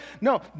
No